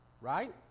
right